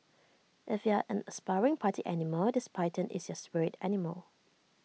if you're an aspiring party animal this python is your spirit animal